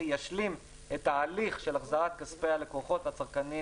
ישלים את ההליך של החזרת כספי הלקוחות והצרכנים